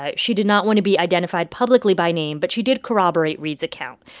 ah she did not want to be identified publicly by name, but she did corroborate reade's account.